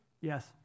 Yes